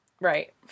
Right